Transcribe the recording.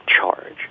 charge